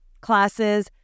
classes